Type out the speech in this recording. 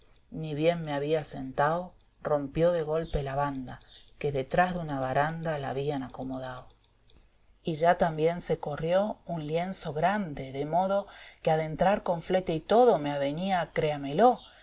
ni bien me había sentao rompió de golpe la banda que detrás de una baranda la habían acomodao pattsto y ya también se corrió un lienzo grande de modo que a dentrar con flete y todo me avenía créamelo